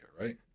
right